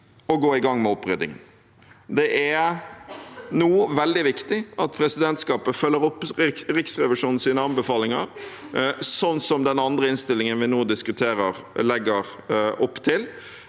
å gå i gang med opprydding. Det er nå veldig viktig at presidentskapet følger opp Riksrevisjonens anbefalin ger, sånn som den andre innstillingen vi nå diskuterer, legger opp til.